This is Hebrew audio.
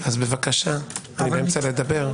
בבקשה, אני רוצה לדבר.